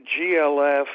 GLF